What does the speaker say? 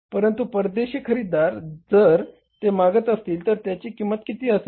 परंतु परदेशी खरेदीदार जर ते मागत असतील तर त्याची किंमत किती असेल